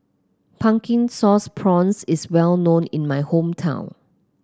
Pumpkin Sauce Prawns is well known in my hometown